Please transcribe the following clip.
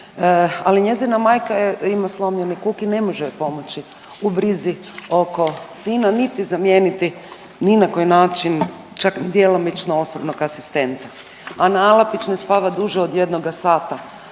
Ali njezina majka ima slomljeni kuk i ne može još pomoći u brizi oko sina, niti zamijeniti ni na koji način, čak ni djelomično osobnog asistenta. Ana Alapić ne spava duže od jednoga sata